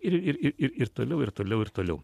ir ir ir ir ir toliau ir toliau ir toliau